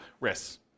risks